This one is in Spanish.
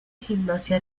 gimnasia